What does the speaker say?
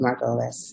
Margolis